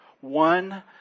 one